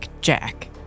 Jack